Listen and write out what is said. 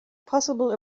possible